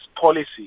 policy